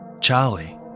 Charlie